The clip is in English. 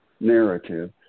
narrative